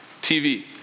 TV